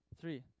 Three